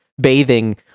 bathing